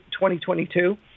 2022